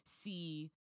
see